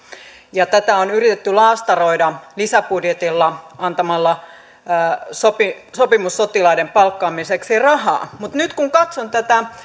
ja tätä on yritetty laastaroida lisäbudjetilla antamalla sopimussotilaiden palkkaamiseksi rahaa mutta nyt kun katson tätä